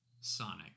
Sonic